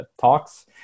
talks